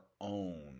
own